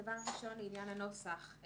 דבר ראשון, לעניין הנוסח.